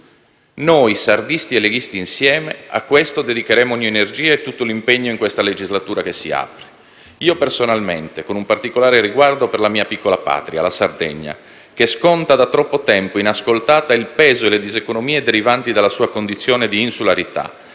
Noi sardisti e leghisti insieme a questo dedicheremo ogni energia e tutto l'impegno in questa legislatura che si apre. Io personalmente lo farò con un particolare riguardo per la mia piccola patria, la Sardegna, che sconta da troppo tempo inascoltata il peso e le diseconomie derivanti dalla sua condizione di insularità